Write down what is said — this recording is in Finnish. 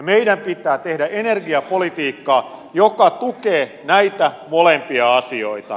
meidän pitää tehdä energiapolitiikkaa joka tukee näitä molempia asioita